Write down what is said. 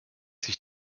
sich